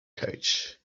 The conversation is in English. coach